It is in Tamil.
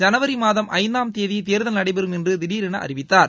ஜனவரி மாதம் ஐந்தாம் தேதி தேர்தல் நடைபெறம் என்று திடர் என அறிவித்தார்